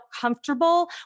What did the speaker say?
comfortable